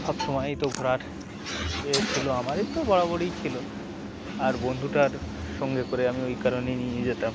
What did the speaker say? সব সমময়ই তো ঘোরার ছিল আমারই তো বরাবরই ছিলো আর বন্ধুটার সঙ্গে করে আমি ওই কারণেই নিয়ে যেতাম